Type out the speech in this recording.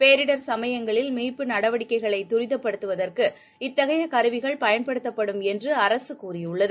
பேரிடர் சமயங்களில் மீட்பு நடவடிக்கைகளைதரிதப்படுத்துவதற்கு இத்தகையகருவிகள் பயன்படுத்தப்படும் என்றுஅரசுகூறியுள்ளது